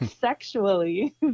sexually